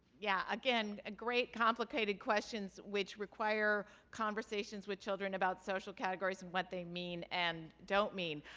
yeah. again, great complicated questions, which require conversations with children about social categories and what they mean and don't mean.